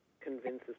convinces